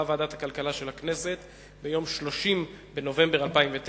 קבעה ועדת הכלכלה של הכנסת ביום 30 בנובמבר 2009,